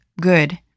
good